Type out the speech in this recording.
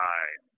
Right